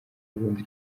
urundi